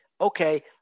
Okay